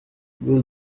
bull